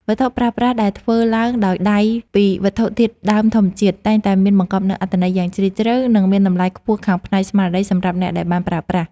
វត្ថុប្រើប្រាស់ដែលធ្វើឡើងដោយដៃពីវត្ថុធាតុដើមធម្មជាតិ តែងតែមានបង្កប់នូវអត្ថន័យយ៉ាងជ្រាលជ្រៅ និង មានតម្លៃខ្ពស់ខាងផ្នែកស្មារតីសម្រាប់អ្នកដែលបានប្រើប្រាស់។